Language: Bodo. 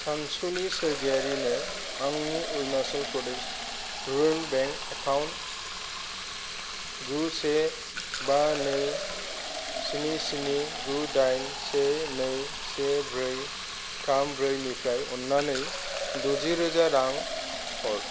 सानसुलि सरगियारिनो आंनि Arunachal Pradesh rural bank account गु से बा नै स्नि स्नि गु दाइन से नै से ब्रै थाम ब्रैनिफ्राय अन्नानै द'जि रोजा रां हर